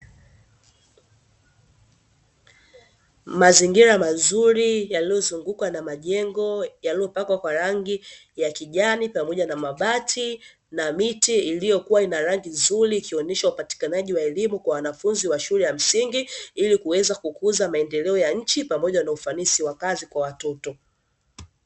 Mazingira mazuri yaliyozungukwa na majengo yaliyopakwa kwa rangi ya kijani pamoja na mabati na miti iliyokuwa ina rangi nzuri, ikionyeshwa upatikanaji wa elimu kwa wanafunzi wa shule ya msingi ili kuweza kukuza maendeleo ya nchi pamoja na ufanisi wa kazi kwa watoto.